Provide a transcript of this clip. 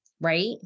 Right